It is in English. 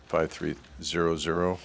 five three zero zero